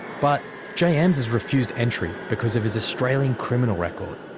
but j-emz is refused entry because of his australian criminal record.